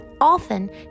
often